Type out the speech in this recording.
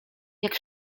jak